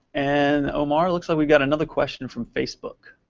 and omar, it looks like we got another question from facebook.